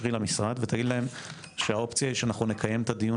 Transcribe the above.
תתקשרי למשרד ותגידי להם שהאופציה היא שאנחנו נקיים את הדיון